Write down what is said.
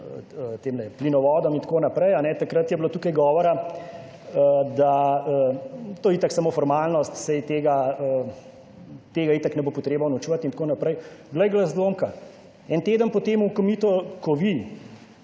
plinovodom in tako naprej. Takrat je bilo tukaj govora, da to je itak samo formalnost, saj tega itak ne bo potreba unovčevati in tako naprej. Glej ga zlomka, en teden po tem, ko vi,